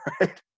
right